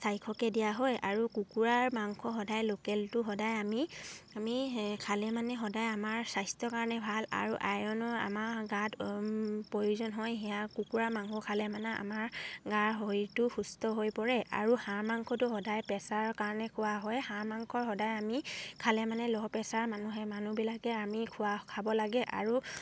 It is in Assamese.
চাৰিশকে দিয়া হয় আৰু কুকুৰাৰ মাংস সদায় লোকেলটো সদায় আমি আমি খালে মানে সদায় আমাৰ স্বাস্থ্যৰ কাৰণে ভাল আৰু আইৰণৰ আমাৰ গাত প্ৰয়োজন হয় সেয়া কুকুৰা মাংস খালে মানে আমাৰ গাৰ শৰীৰটো সুস্থ হৈ পৰে আৰু হাঁহ মাংসটো সদায় প্ৰেচাৰৰ কাৰণে খোৱা হয় হাঁহ মাংস সদায় আমি খালে মানে ল' প্ৰেছাৰ মানুহে মানুহবিলাকে আমি খোৱা খাব লাগে আৰু